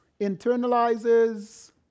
internalizes